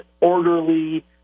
orderly